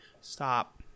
Stop